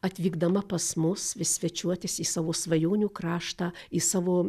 atvykdama pas mus svečiuotis į savo svajonių kraštą į savo